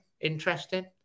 Interesting